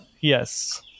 Yes